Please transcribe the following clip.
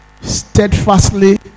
steadfastly